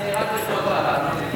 אני רק לכבודך, תאמין לי.